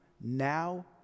now